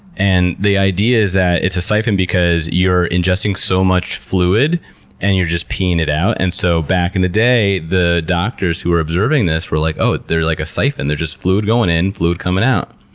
and the idea is that it's a siphon because you're ingesting so much fluid and you're just peeing it out. and so back in the day the doctors who were observing this were like, oh, they're like a siphon, there's just fluid going in, fluid coming out.